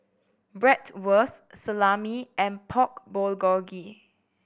Bratwurst Salami and Pork Bulgogi